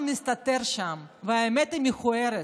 כי משהו מסתתר שם, והאמת היא מכוערת,